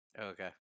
Okay